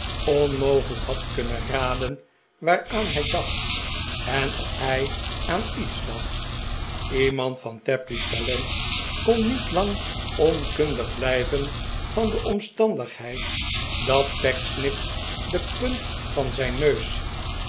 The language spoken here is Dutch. lijk had kunnen raden waaraan hij dach en of hij aan iets dacht iemand van tapley's talent kon niet lang onkundig blijven van de omstandigheid dat pecksniff de punt van zijn neus